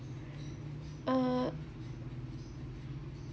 err